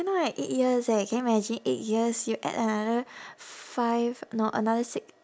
you know like eight years eh can you imagine eight years you add another five no another six